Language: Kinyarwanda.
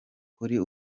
kuri